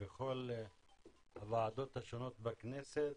בכל הוועדות השונות בכנסת.